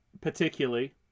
Particularly